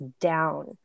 down